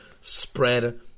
spread